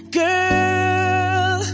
girl